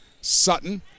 Sutton